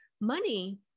money